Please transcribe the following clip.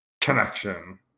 connection